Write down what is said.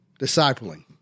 Discipling